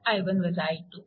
नंतर हा 6